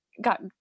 got